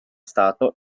stato